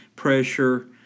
pressure